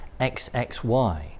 XXY